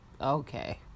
Okay